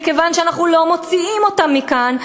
מכיוון שאנחנו לא מוציאים אותם מכאן,